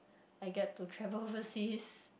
I get to travel overseas